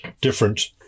different